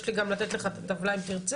יש לי גם לתת לך את הטבלה אם תרצה.